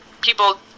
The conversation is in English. people